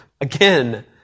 again